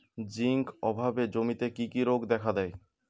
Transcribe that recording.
Zinc অভাবে জমিতে কি কি রোগ দেখাদেয়?